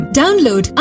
download